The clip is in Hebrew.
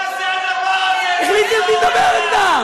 מה זה הדבר הזה, תחזור בך.